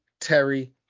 Terry